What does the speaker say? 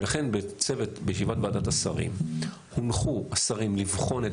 ולכן בצוות בישיבת ועדת השרים הונחו השרים לבחון את